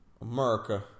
America